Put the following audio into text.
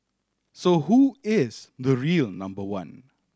so who is the real number one